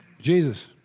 Jesus